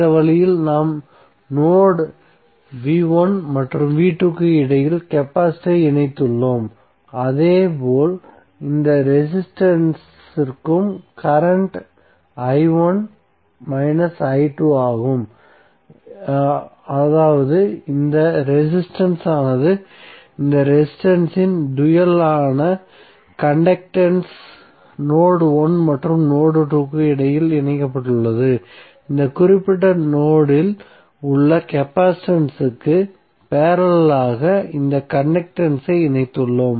இந்த வழியில் நாம் நோட் v1 மற்றும் v2 க்கு இடையில் கெபாசிட்டரை இணைத்துள்ளோம் இதே போல் இந்த ரெசிஸ்டன்ஸ் இற்கும் கரண்ட் i1 மைனஸ் i2 ஆகும் அதாவது இந்த ரெசிஸ்டன்ஸ் ஆனது இந்த ரெசிஸ்டன்ஸ் இன் டூயல் ஆன கண்டக்டன்ஸ் நோட் 1 மற்றும் நோட் 2 இடையே இணைக்கப்படும் இந்த குறிப்பிட்ட நோட் இல் உள்ள கெப்பாசிட்டன்ஸ் க்கு பேரலல் ஆக இந்த கண்டக்டன்ஸ் ஐ இணைத்துள்ளோம்